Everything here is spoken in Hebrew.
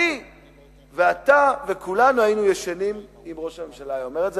אני ואתה וכולנו היינו ישנים היום אם ראש הממשלה היה אומר את זה.